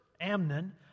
Amnon